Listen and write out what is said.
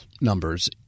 numbers